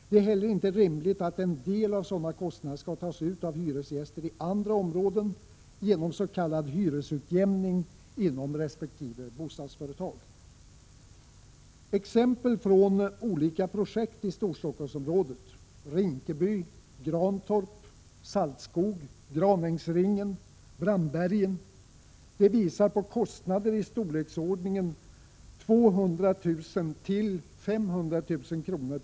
Det är heller inte rimligt att en del av sådana kostnader skall tas ut av hyresgäster i andra områden genom s.k. hyresutjämning inom resp. bostadsföretag. Exempel från olika projekt i Storstockholmsområdet — Rinkeby, Grantorp, Saltskog, Granängsringen, Brandbergen — visar på kostnader i storleksordningen 200 000-500 000 kr.